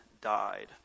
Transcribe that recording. died